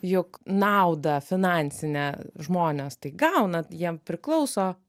juk naudą finansinę žmonės tai gauna jiem priklauso